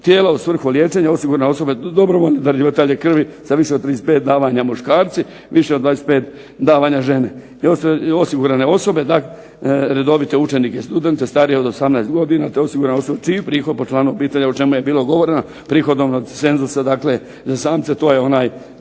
tijelo, u svrhu liječenja, osigurana osoba dobrovoljni darivatelji krvi sa više od 35 davanja muškarci, više od 25 davanja žene, osigurane osobe redovite učenike i studente starije od 18 godina te osigurane osobe čiji prihod po članu obitelji, a o čemu je bilo govoreno, prihodovnog cenzusa dakle za samce to je onaj